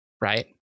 right